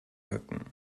rücken